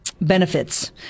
benefits